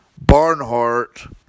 Barnhart